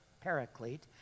Paraclete